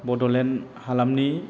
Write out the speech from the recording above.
बड'लेण्ड हालामनि